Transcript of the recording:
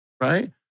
right